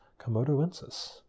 Komodoensis